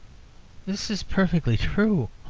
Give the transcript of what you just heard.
this is perfectly true,